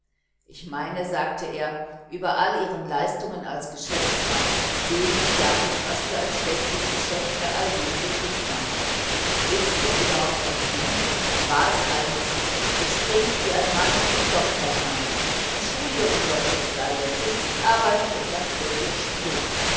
ich meine sagte er über all ihren leistungen als geschäftsmann sehen sie gar nicht was für ein schlechtes geschäft bei all dem ihr kind macht ist's denn überhaupt ein kind war es eines es spricht wie ein mann und ist doch kein mann ein schuljunge sollte es sein der tüchtig arbeitet und dann fröhlich spielt